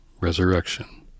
resurrection